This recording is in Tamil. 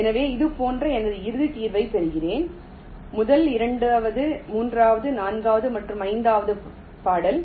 எனவே இது போன்ற எனது இறுதி தீர்வைப் பெறுகிறேன் முதல் இரண்டாவது மூன்றாவது நான்காவது மற்றும் ஐந்தாவது பாடல்